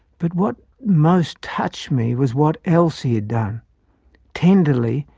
but what most touched me was what else he had done tenderly,